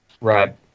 right